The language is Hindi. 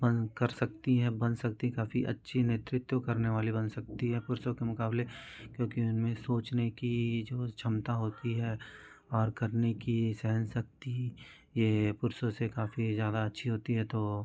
बन कर कर सकती हैं बन सकती हैं काफी अच्छी नेतृत्व करने वाली बन सकती हैं पुरुषों के मुक़ाबले क्योंकि उनमें सोचने की जो क्षमता होती है और करने की सहनशक्ती यह पुरुषों से काफी ज़्यादा अच्छी होती हैं तो